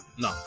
No